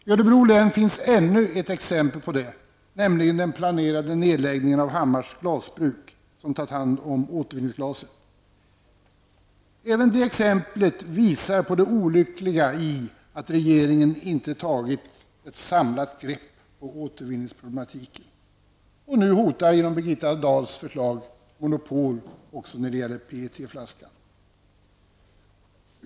I Örebro län finns ännu ett exempel på det, nämligen den planerade nedläggningen av Hammars glasbruk, som har tagit hand om återvinningsglas. Även det exemplet visar på det olyckliga i att regeringen inte har tagit ett samlat grepp på återvinningsproblematiken. Nu hotar, genom Birgitta Dahls förslag, ett monopol också när det gäller PET-flaskan.